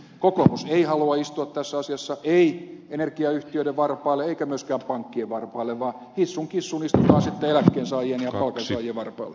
kokoomus ei halua istua tässä asiassa ei energiayhtiöiden varpaille eikä myöskään pankkien varpaille vaan hissun kissun istutaan sitten eläkkeensaajien ja palkansaajien varpaille